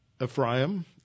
Ephraim